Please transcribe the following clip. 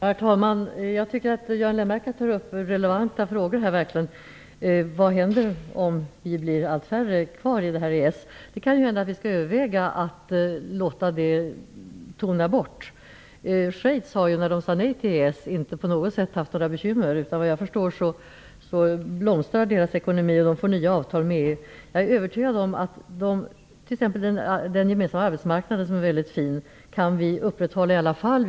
Herr talman! Jag tycker verkligen att Göran Lennmarker tar upp relevanta frågor. Vad händer om allt färre blir kvar i EES? Det kan hända att vi skall överväga att låta det tona bort. Schweiz har ju sedan man sade nej till EES inte på något sätt haft bekymmer. Såvitt jag förstår blomstrar deras ekonomi, och de får nya avtal med EU. Jag är övertygad om att vi t.ex. kan upprätthålla den gemensamma arbetsmarknaden, som är väldigt fin, i alla fall.